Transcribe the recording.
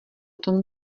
tom